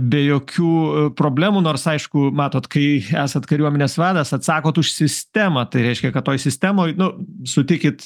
be jokių problemų nors aišku matot kai esat kariuomenės vadas atsakot už sistemą tai reiškia kad toj sistemoj nu sutikit